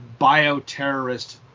bioterrorist